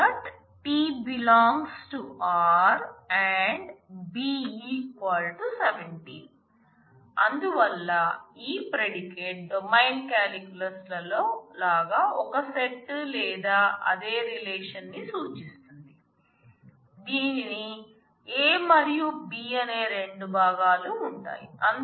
t | t € r B 17 అందువల్ల ఈ predicate domain calculus లో లాగా ఒకే సెట్ లేదా అదే రిలేషన్ న్ని సూచిస్తుంది దీనిలో a మరియు b అనే రెండు భాగాలు ఉంటాయి